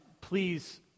please